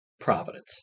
Providence